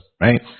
Right